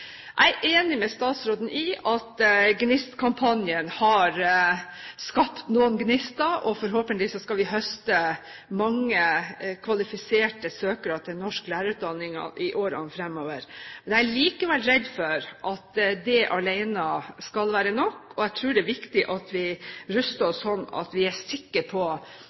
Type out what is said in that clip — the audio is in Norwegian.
Jeg er enig med statsråden i at GNIST-kampanjen har skapt noen gnister, og forhåpentligvis skal vi høste mange kvalifiserte søkere til norsk lærerutdanning i årene fremover. Jeg er likevel redd for at ikke det alene skal være nok. Jeg tror det er viktig at vi ruster oss slik at vi er sikre på